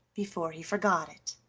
before he forgot it.